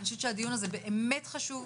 אני חושבת שהדיון הזה באמת חשוב.